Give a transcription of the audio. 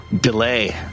Delay